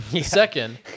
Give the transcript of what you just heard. Second